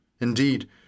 Indeed